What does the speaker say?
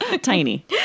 Tiny